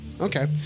Okay